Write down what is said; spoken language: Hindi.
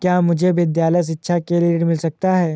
क्या मुझे विद्यालय शिक्षा के लिए ऋण मिल सकता है?